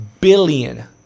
billion